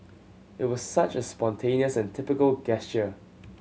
it was such a spontaneous and typical gesture